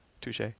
touche